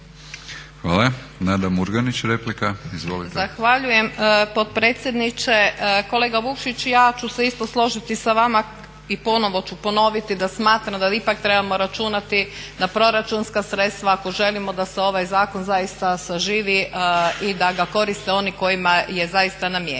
Hvala. Nada Murganić, replika. Izvolite. **Murganić, Nada (HDZ)** Zahvaljujem potpredsjedniče. Kolega Vukšić, ja ću se isto složiti sa vama i ponovno ću ponoviti da smatram da ipak trebamo računati na proračunska sredstva ako želimo da se ovaj zakon zaista saživi i da ga koriste oni kojima je zaista namijenjen.